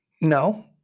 no